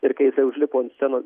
ir kai jisai užlipo ant sceno